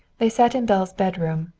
they sat in belle's bedroom,